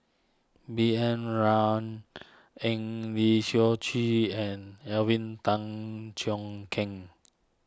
B N Rao Eng Lee Seok Chee and Alvin Tan Cheong Kheng